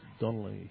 Donnelly